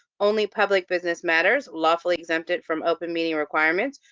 only public business matters, lawfully exempted from open meeting requirements,